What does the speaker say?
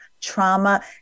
trauma